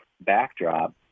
backdrop